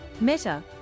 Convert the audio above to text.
Meta